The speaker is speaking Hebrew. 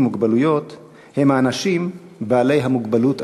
מוגבלויות הם האנשים בעלי המוגבלות עצמם.